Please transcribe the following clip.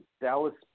Dallas